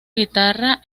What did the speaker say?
guitarra